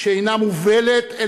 שאינה מובלת,